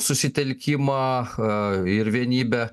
susitelkimą ha ir vienybę